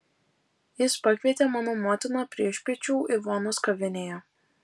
jis pakvietė mano motiną priešpiečių ivonos kavinėje